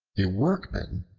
a workman,